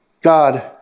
God